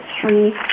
three